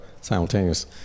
simultaneous